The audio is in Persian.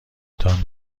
تان